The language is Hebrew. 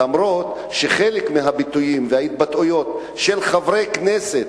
למרות שחלק מהביטויים וההתבטאויות של חברי כנסת,